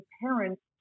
parents